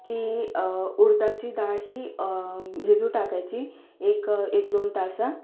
की उडदाची डाळ ही भिजू टाकायची एक एक दोन तास